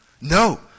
No